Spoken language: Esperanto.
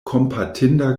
kompatinda